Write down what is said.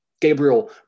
Gabriel